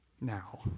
now